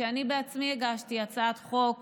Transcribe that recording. כשאני בעצמי הגשתי הצעת חוק